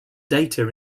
data